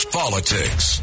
politics